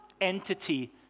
entity